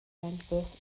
transverse